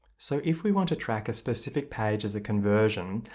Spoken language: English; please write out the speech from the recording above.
so if we want to track a specific page as a conversion,